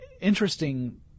interesting